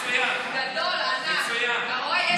מצוין, מצוין.